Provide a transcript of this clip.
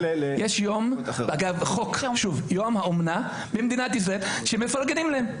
יש יום האומנה במדינת ישראל שמפרגנים להם.